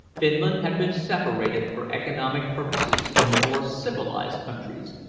finland had been separated for economic purposes from the more civilized countries,